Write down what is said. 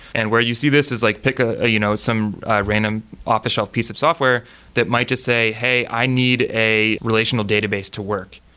and where you see this is like pick ah you know some random off the-shelf piece of software that might just say, hey, i need a relational database to work.